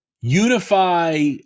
unify